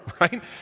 right